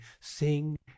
sing